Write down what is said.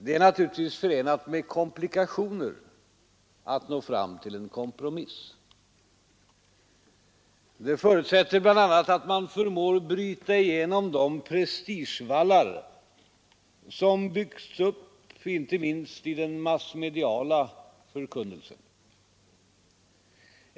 Det är naturligtvis förenat med komplikationer att nå fram till en kompromiss. Det förutsätter bl.a. att man förmår bryta igenom de prestigevallar som byggs upp inte minst i den massmediala förkunnelsen.